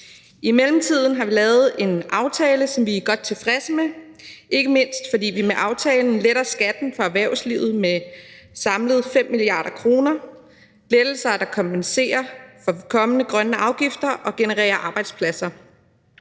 I mellemtiden har vi lavet en aftale, som vi er godt tilfredse med, ikke mindst fordi vi med aftalen letter skatten for erhvervslivet med samlet set 5 mia. kr. – lettelser, der kompenserer for kommende grønne afgifter og genererer arbejdspladser;